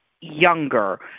younger